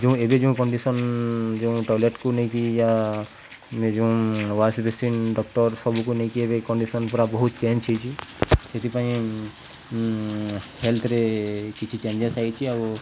ଯେଉଁ ଏବେ ଯୋଉଁ କଣ୍ଡିସନ ଯେଉଁ ଟଏଲେଟକୁ ନେଇକି ୟା ଯେଉଁ ୱାଶ ବେଶିନ ଡକ୍ଟର ସବୁକୁ ନେଇକି ଏବେ କଣ୍ଡିସନ ପୁରା ବହୁତ ଚେଞ୍ଜ ହେଇଛି ସେଥିପାଇଁ ହେଲ୍ଥରେ କିଛି ଚେଞ୍ଜେସ୍ ହେଇଛି ଆଉ